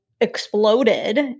exploded